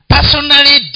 Personally